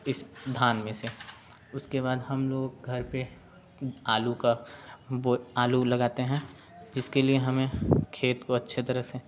इस धान में से उसके बाद हम लोग घर पर आलू का बो आलू लगाते हैं जिसके लिए हमे खेत को अच्छे तरह से